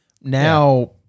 now